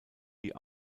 die